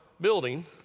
building